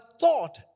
thought